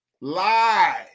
Lie